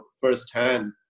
firsthand